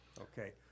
okay